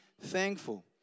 thankful